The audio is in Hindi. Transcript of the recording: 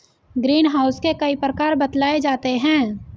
ग्रीन हाउस के कई प्रकार बतलाए जाते हैं